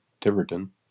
tiverton